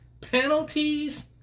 Penalties